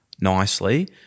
nicely